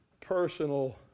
personal